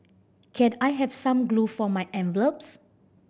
can I have some glue for my envelopes